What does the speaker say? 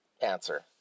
answer